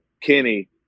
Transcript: Kenny